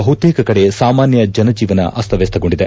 ಬಹುತೇಕ ಕಡೆ ಸಾಮಾನ್ಯ ಜನಜೀವನ ಅಸ್ತವ್ಸಸ್ತಗೊಂಡಿದೆ